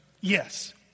Yes